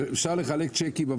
אפשר לחלק צ'קים,